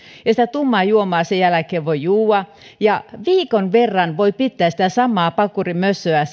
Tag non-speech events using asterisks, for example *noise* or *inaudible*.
sitä tummaa juomaa sen jälkeen voi juoda viikon verran voi pitää sitä samaa pakurimössöä *unintelligible*